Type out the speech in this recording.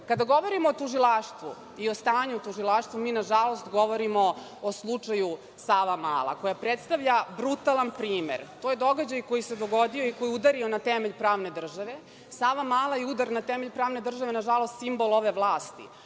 govorimo o tužilaštvu i o stanju u tužilaštvu, mi na žalost govorimo o slučaju „Savamala“ koja predstavlja brutalan primer, to je događaj koji se dogodio i koji je udario na temelj pravne države. „Savamala“ je udar na temelj pravne države i na žalost simbol ove vlasti,